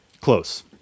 Close